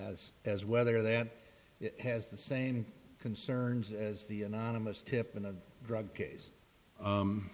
as as whether that has the same concerns as the anonymous tip in a drug case